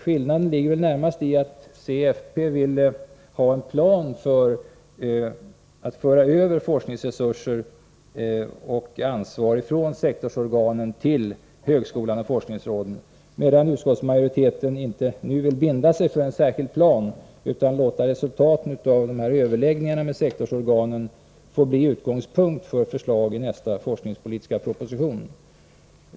Skillnaden ligger närmast i att centern och folkpartiet vill ha en plan för att föra över forskningsresurser och ansvar från sektorsorganen till högskolan och forskningsråden, medan utskottsmajoriteten inte nu vill binda sig för en särskild plan utan låta resultaten av överläggningarna med sektorsorganen bli utgångspunkt för förslag i nästa forskningspolitiska proposition.